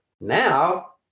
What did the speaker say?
Now